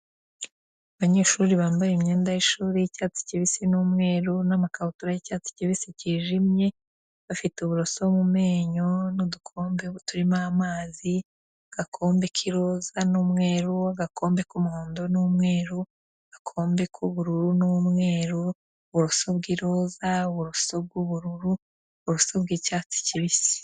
Abanyeshuri bambaye imyenda y'ishuri y'icyatsi kibisi n'umweru n'makabutura y'icyatsi kibisi cyijimye, bafite uburoso mu menyo n'udukombe turimo amazi. Agakombe k'iroza n'umweru, agakombe k'umuhondo n'umweru, agakombe k'ubururu n'umweru, uburoso bw'iroza, uburoso bw'ubururu, uburoso bw'icyatsi kibisi.